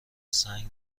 سنگ